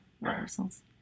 rehearsals